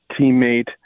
teammate